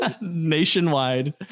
Nationwide